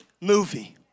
movie